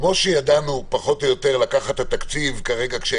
כמו שידענו לקחת את התקציב בתקופה של